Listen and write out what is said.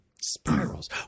spirals